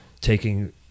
taking